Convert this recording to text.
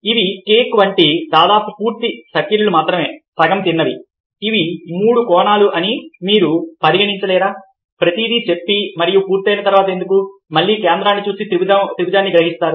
ఇవి కేక్ వంటి దాదాపు పూర్తి సర్కిల్లు మాత్రమే సగం తిన్నవి ఇవి మూడు కోణాలు అని మీరు పరిగణించలేరా ప్రతిదీ చెప్పి మరియు పూర్తయిన తర్వాత ఎందుకు మళ్లీ కేంద్రాన్ని చూసి త్రిభుజాన్ని గ్రహిస్తారు